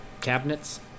Cabinets